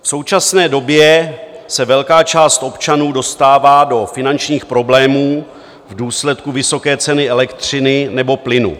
V současné době se velká část občanů dostává do finančních problémů v důsledku vysoké ceny elektřiny nebo plynu.